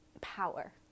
power